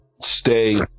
stay